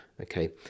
Okay